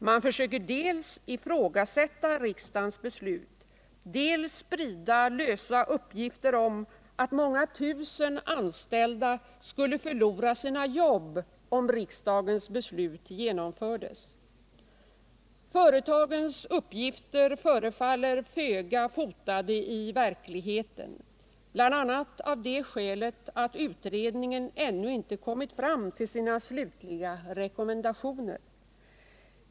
Man försöker dels ifrågasätta riksdagens beslut, dels sprida lösa uppgifter om att många tusen anställda skulle förlora sina arbeten om riksdagens beslut genomfördes. Företagens uppgifter förefaller vara föga verklighetsbetonade, bl.a. av det skälet att utredningen ännu inte kommit fram till sina slutliga rekommendationer.